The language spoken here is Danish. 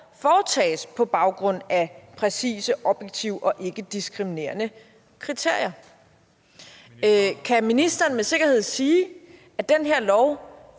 foretages på baggrund af præcise, objektive og ikkediskriminerende kriterier. Kan ministeren med sikkerhed sige, at det vil